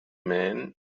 man